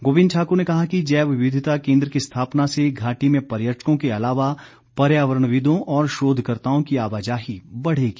गोविंद ठाकुर ने कहा कि जैव विविधता केन्द्र की स्थापना से घाटी में पर्यटकों के अलावा पर्यावरणविदों और शोधकर्ताओं की आवाजाही बढ़ेगी